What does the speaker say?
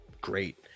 great